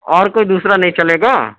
اور کوئی دوسرا نہیں چلے گا